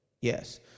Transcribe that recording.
Yes